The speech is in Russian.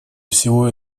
всего